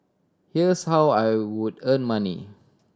here's how I would earn money